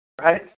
Right